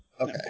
Okay